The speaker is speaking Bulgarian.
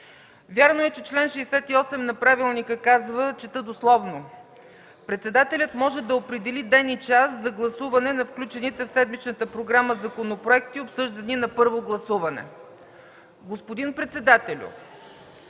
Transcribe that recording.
Вярно е, че чл. 68 от правилника казва, чета дословно: „Председателят може да определи ден и час за гласуване на включените в седмичната програма законопроекти, обсъждани на първо гласуване.” Господин председателю,